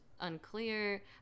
unclear